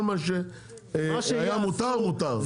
כל מה שהיה מותר, מותר.